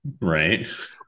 right